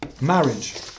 marriage